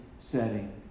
setting